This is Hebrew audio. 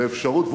לאפשרות,